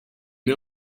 met